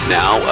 now